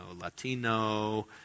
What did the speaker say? Latino